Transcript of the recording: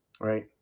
right